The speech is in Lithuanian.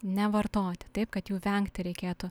nevartoti taip kad jų vengti reikėtų